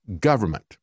government